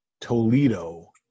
Toledo